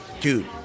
dude